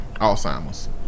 Alzheimer's